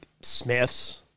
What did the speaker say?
Smith's